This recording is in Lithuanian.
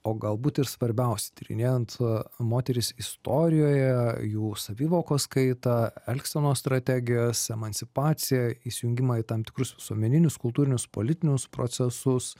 o galbūt ir svarbiausi tyrinėjant moteris istorijoje jų savivokos kaitą elgsenos strategijas emancipaciją įsijungimą į tam tikrus visuomeninius kultūrinius politinius procesus